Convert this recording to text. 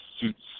suits